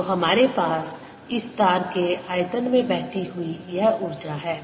S10EB10ρIa20I2πaI222a3n तो हमारे पास इस तार के आयतन में बहती हुई यह ऊर्जा है